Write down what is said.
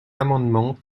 amendement